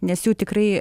nes jau tikrai